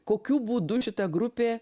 kokiu būdu šita grupė